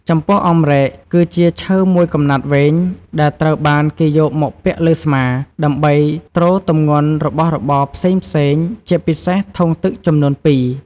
ចំពោះអម្រែក គឺជាឈើមួយកំណាត់វែង ដែលត្រូវបានគេយកមកពាក់លើស្មា ដើម្បីទ្រទម្ងន់របស់របរផ្សេងៗ ជាពិសេសធុងទឹកចំនួនពីរ។